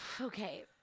Okay